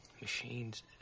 machines